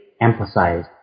emphasize